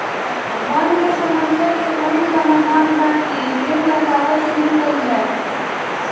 वन के समस्या के एकही समाधान बाकि पेड़ लगावल शुरू कइल जाए